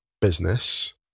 business